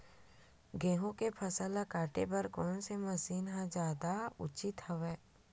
गेहूं के फसल ल काटे बर कोन से मशीन ह जादा उचित हवय?